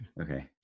Okay